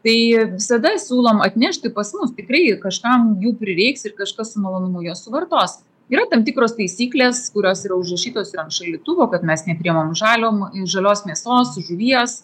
tai visada siūlom atnešti pas mus tikrai kažkam jų prireiks ir kažkas su malonumu juos suvartos yra tam tikros taisyklės kurios užrašytos ant šaldytuvo kad mes nepriimam žalio žalios mėsos žuvies